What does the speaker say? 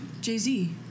Jay-Z